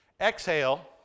exhale